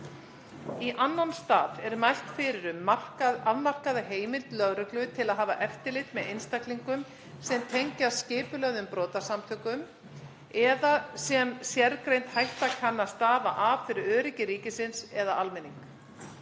Í annan stað er mælt fyrir um afmarkaða heimild lögreglu til að hafa eftirlit með einstaklingum sem tengjast skipulögðum brotasamtökum eða sem sérgreind hætta kann að stafa af fyrir öryggi ríkisins eða almennings.